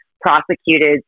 prosecuted